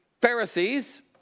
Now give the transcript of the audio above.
Pharisees